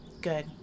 Good